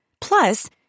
Plus